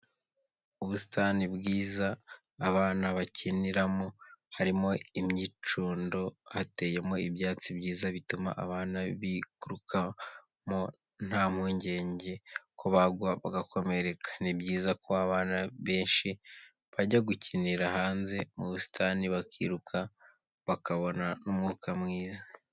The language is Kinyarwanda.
Ubusitani bwiza abana bakinira mo , harimo imyicundo , hateyemo ibyatsi byiza bituma abana biruka mo nta mpungenge ko bagwa bagakomereka. Ni byiza ko abana kenshi bajya gukinira hanze mu busitani bakiruka bakabona n'umwuka mwiza.